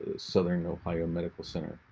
southern ohio medical center,